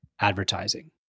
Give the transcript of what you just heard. advertising